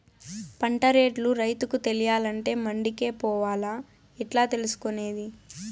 పంట రేట్లు రైతుకు తెలియాలంటే మండి కే పోవాలా? ఎట్లా తెలుసుకొనేది?